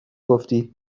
گفتی